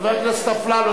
חבר הכנסת אפללו.